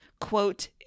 quote